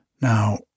Now